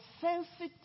sensitive